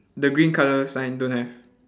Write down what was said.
the green colour sign don't have